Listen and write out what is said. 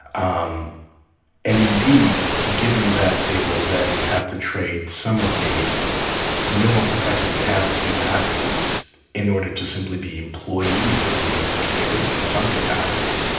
um and indeed, given that they will then have to trade some of the minimal protections they have as student athletes in order to simply be employees of the university, at least in some capacity,